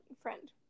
friend